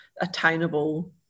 attainable